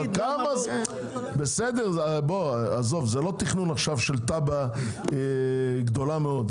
זה לא תכנון של תב"ע גדולה מאוד.